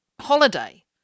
holiday